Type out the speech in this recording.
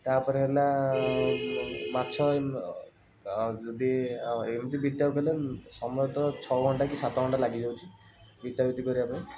ତା'ପରେ ହେଲା ମାଛ ଯଦି ଏମତି ବିକିବାକୁ ହେଲେ ସମୟ ତ ଛଅ ଘଣ୍ଟା ସାତ ଘଣ୍ଟା ଲାଗିଯାଉଛି ବିକାବିକି କରିବାପାଇଁ